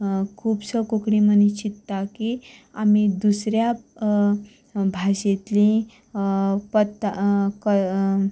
खुबसो कोंकणी मनीस चिंतता की आमी सगली दुसऱ्या भाशेंतलीं पत्तां